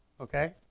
okay